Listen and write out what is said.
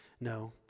No